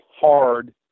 hard